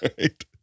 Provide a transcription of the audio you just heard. Right